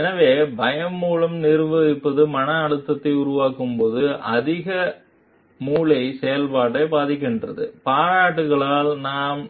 எனவே பயம் மூலம் நிர்வகிப்பது மன அழுத்தத்தை உருவாக்கும் போது இது அதிக மூளை செயல்பாட்டை பாதிக்கிறது பாராட்டுகளால் நாம்